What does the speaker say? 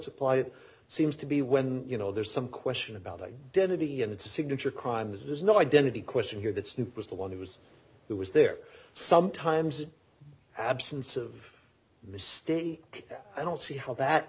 apply it seems to be when you know there's some question about identity and it's a signature crime there's no identity question here that snoop was the one who was who was there sometimes absence of mistake i don't see how that